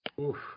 Oof